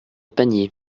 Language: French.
panier